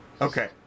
Okay